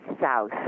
South